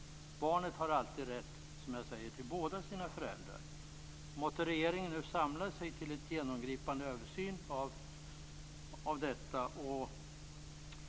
Barnet har alltid rätt till båda sina föräldrar. Måtte regeringen nu samla sig till en genomgripande översyn av detta.